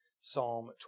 Psalm